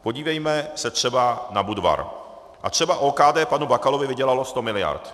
Podívejme se třeba na Budvar, a třeba OKD panu Bakalovi vydělalo sto miliard.